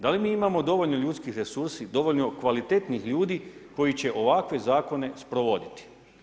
Da li mi imamo dovoljno ljudskih resursi, dovoljno kvalitetnih ljudi koji će ovakve zakone sprovoditi?